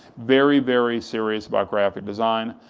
very, very serious about graphic design.